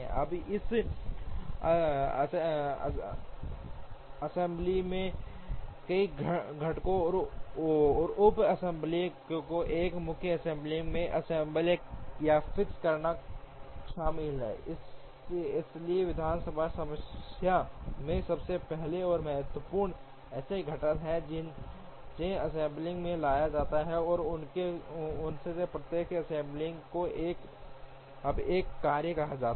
अब इस असेंबली में कई घटकों और उप असेंबली को एक मुख्य असेंबली में असेंबल या फिक्स करना शामिल है इसलिए विधानसभा समस्या में सबसे पहले और सबसे महत्वपूर्ण ऐसे घटक हैं जिन्हें असेंबली में लाया जाता है और उनमें से प्रत्येक की असेंबली को अब एक कार्य कहा जाता है